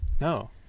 No